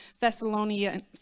Thessalonians